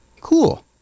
Cool